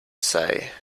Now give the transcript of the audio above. say